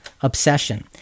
obsession